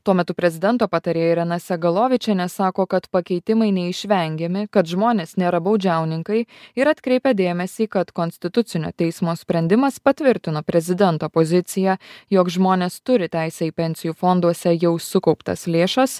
tuo metu prezidento patarėja irena sagalovičienė sako kad pakeitimai neišvengiami kad žmonės nėra baudžiauninkai ir atkreipia dėmesį kad konstitucinio teismo sprendimas patvirtino prezidento poziciją jog žmonės turi teisę į pensijų fonduose jau sukauptas lėšas